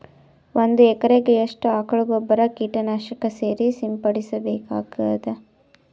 ಒಂದು ಎಕರೆಗೆ ಎಷ್ಟು ಆಕಳ ಗೊಬ್ಬರ ಕೀಟನಾಶಕ ಸೇರಿಸಿ ಸಿಂಪಡಸಬೇಕಾಗತದಾ?